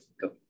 go